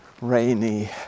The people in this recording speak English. rainy